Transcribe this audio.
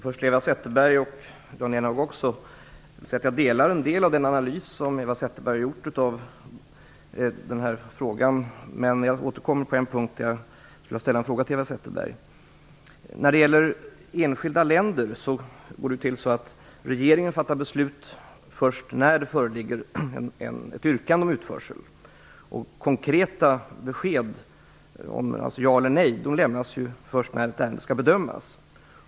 Fru talman! Först vill jag säga att jag instämmer i en del av den analys som Eva Zetterberg har gjort, men jag återkommer till en punkt där jag vill ställa en fråga till henne. När det gäller enskilda länder går det till så att regeringen fattar beslut först när det föreligger ett yrkande om utförsel. Konkreta besked om ja eller nej lämnas först när ett ärende skall bedömas.